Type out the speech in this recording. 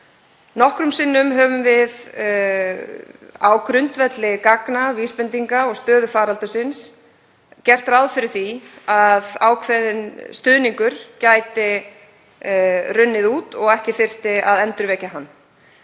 Nokkrum sinnum höfum við á grundvelli gagna, vísbendinga og stöðu faraldursins gert ráð fyrir því að ákveðinn stuðningur gæti runnið út og að ekki þyrfti að endurvekja hann.